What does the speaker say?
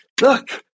look